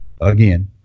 Again